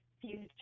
future